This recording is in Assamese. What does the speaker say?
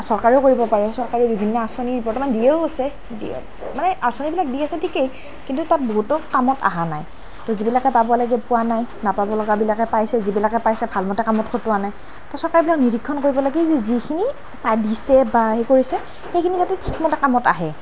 চৰকাৰেও কৰিব পাৰে চৰকাৰে বিভিন্ন আঁচনি বৰ্তমান দিও আছে মানে আঁচনিবিলাক দি আছে ঠিকেই কিন্তু তাত বহুতো কামত অহা নাই তো যিবিলাকে পাব লাগে পোৱা নাই নাপাবলগাবিলাকে পাইছে যিবিলাকে পাইছে ভালদৰে কামত খটোৱা নাই তো চৰকাৰে এইবিলাক নিৰীক্ষণ কৰিব লাগে যিখিনি দিছে বা হেৰি কৰিছে সেইখিনি যাতে ঠিকমতে কামত আহে